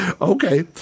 okay